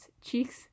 Cheeks